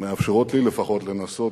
שמאפשרות לי לפחות לנסות